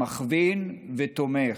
מכווין ותומך,